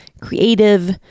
creative